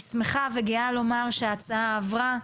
אני שמחה וגאה לומר שההצעה עברה.